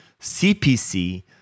CPC